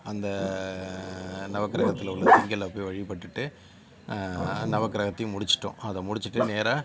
அந்த நவக்கிரகத்தில் உள்ள திங்களை போய் வழிபட்டுவிட்டு நவக்கிரகத்தையும் முடிச்சுட்டோம் அதை முடிச்சுட்டு நேராக